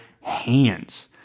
hands